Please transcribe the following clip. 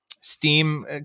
steam